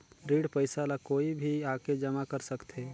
ऋण पईसा ला कोई भी आके जमा कर सकथे?